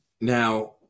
Now